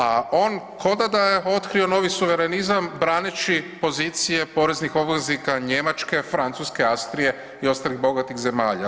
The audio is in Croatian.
A on ko da je otkrio novi suverenizam braneći pozicije poreznih obveznika Njemačke, Francuske, Austrije i ostalih bogatih zemalja.